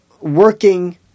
working